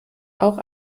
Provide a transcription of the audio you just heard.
auch